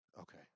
Okay